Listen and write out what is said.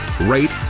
rate